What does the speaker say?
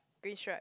green stripe